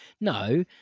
no